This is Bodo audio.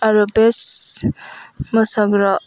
आरो बेस्ट मोसाग्रा